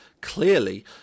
clearly